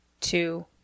two